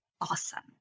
awesome